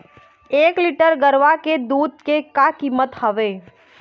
एक लीटर गरवा के दूध के का कीमत हवए?